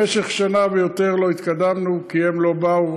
במשך שנה ויותר לא התקדמנו, כי הם לא באו.